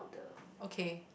okay